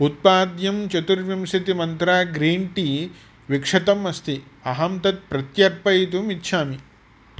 उत्पाद्यं चतुर्विंशतिमन्त्रा green tea विक्षतम् अस्ति अहं तत् प्रत्यर्पयितुम् इच्छामि